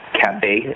Cafe